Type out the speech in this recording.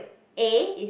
A is